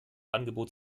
angebot